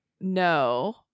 No